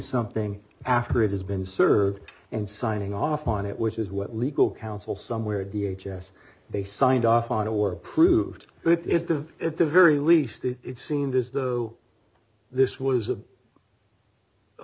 something after it has been served and signing off on it which is what legal counsel somewhere d h s s they signed off on a were approved but it of at the very least it seemed as though this was a